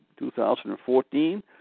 2014